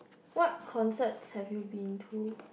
what concerts have you been to